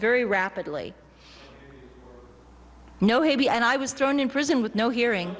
very rapidly no a b and i was thrown in prison with no hearing